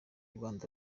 rwanda